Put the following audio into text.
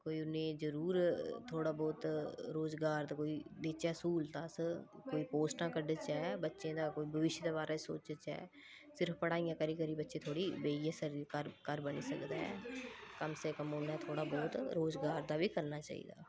कोई उ'नेंई जरूर थोह्ड़ा बौह्त रोज़गार ते कोई देचै स्हूलत अस कोई पोस्टां कड्ढचै बच्चें दा कोई भविष्य दे बारे च सोचचै सिर्फ पढ़ाइयां करी करियै बच्चें थोह्ड़ी बेहियै घर घर बनी सकदा ऐ कम से कम उं'दा थोह्ड़ा बौह्त रोज़गार दा बी करना चाहिदा